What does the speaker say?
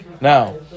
Now